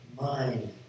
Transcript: mind